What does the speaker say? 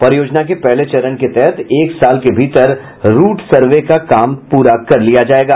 परियोजना के पहले चरण के तहत एक साल के भीतर रूट सर्वे का काम पूरा कर किया जायेगा